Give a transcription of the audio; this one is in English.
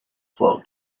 float